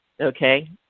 Okay